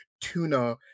tuna